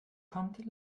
kommt